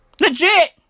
Legit